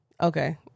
okay